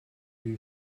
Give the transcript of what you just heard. who